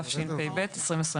התשפ"ב-2021,